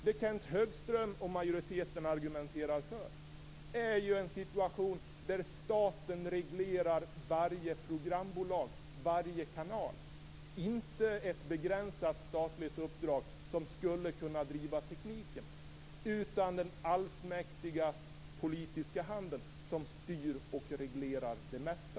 Det Kenth Högström och majoriteten argumenterar för är en situation där staten reglerar varje programbolag och varje kanal, inte ett begränsat statligt uppdrag som skulle kunna driva tekniken, utan den allsmäktiga politiska hand som styr och reglerar det mesta.